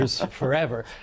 forever